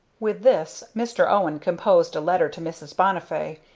with this, mr. owen composed a letter to mrs. bonnifay,